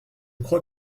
crois